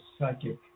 psychic